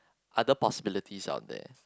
other possibilities out there